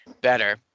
better